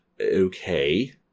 Okay